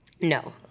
No